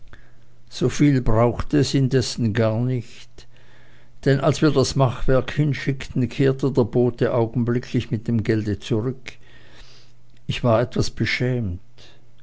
soviel brauchte es indessen gar nicht denn als wir das machwerk hinschickten kehrte der bote augenblicklich mit dem gelde zurück ich war etwas beschämt